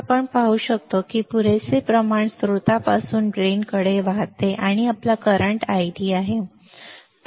तर आपण पाहू शकतो की पुरेसे प्रमाण स्त्रोतापासून ड्रेन कडे वाहते आहे आणि हा आपला करंट आयडी आहे